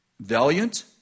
valiant